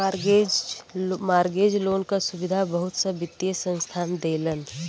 mortgage loan क सुविधा बहुत सा वित्तीय संस्थान देलन